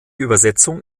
übersetzung